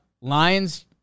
Lions